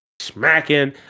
smacking